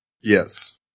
Yes